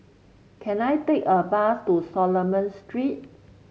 can I take a bus to Solomon Street